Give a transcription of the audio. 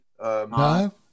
no